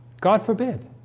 god forbid